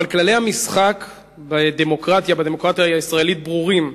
אבל כללי המשחק בדמוקרטיה הישראלית ברורים,